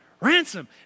Ransom